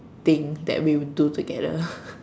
thing that we would do together